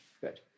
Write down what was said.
Good